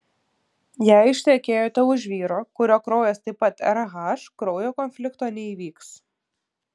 jei ištekėjote už vyro kurio kraujas taip pat rh kraujo konflikto neįvyks